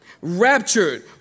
raptured